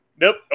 nope